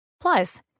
Plus